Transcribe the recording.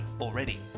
already